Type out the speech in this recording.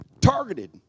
Targeted